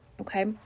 okay